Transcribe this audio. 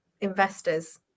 investors